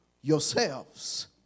yourselves